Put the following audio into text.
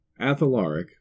Athalaric